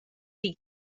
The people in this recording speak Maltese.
tip